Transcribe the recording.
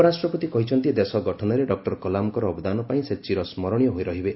ଉପରାଷ୍ଟ୍ରପତି କହିଛନ୍ତି ଦେଶ ଗଠନରେ ଡକ୍କର କଲାମ୍ଙ୍କର ଅବଦାନ ପାଇଁ ସେ ଚିର ସ୍କରଣୀୟ ହୋଇ ରହିବେ